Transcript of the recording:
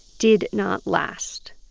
did not last